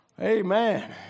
Amen